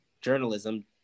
journalism